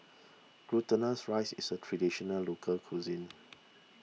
Glutinous Rice is a Traditional Local Cuisine